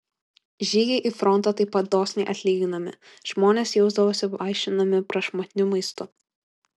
žygiai į frontą taip pat dosniai atlyginami žmonės jausdavosi vaišinami prašmatniu maistu